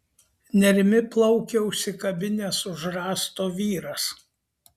nerimi plaukia užsikabinęs už rąsto vyras